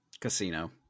Casino